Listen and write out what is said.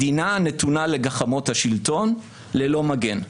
מדינה הנתונה לגחמות השלטון ללא מגן.